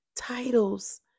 titles